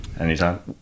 anytime